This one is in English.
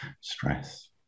stress